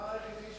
הדבר היחידי,